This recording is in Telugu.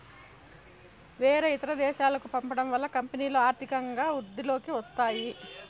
వేరే ఇతర దేశాలకు పంపడం వల్ల కంపెనీలో ఆర్థికంగా వృద్ధిలోకి వస్తాయి